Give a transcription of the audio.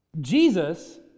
Jesus